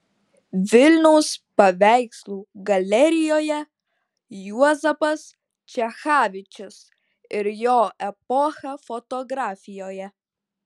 vilniaus paveikslų galerijoje juozapas čechavičius ir jo epocha fotografijoje